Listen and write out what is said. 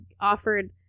offered